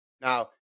Now